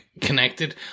connected